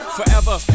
Forever